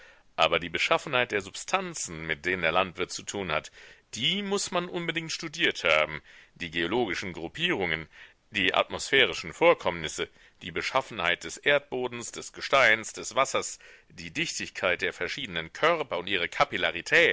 aber die beschaffenheit der substanzen mit denen der landwirt zu tun hat die muß man unbedingt studiert haben die geologischen gruppierungen die atmosphärischen vorkommnisse die beschaffenheit des erdbodens des gesteins des wassers die dichtigkeit der verschiedenen körper und ihre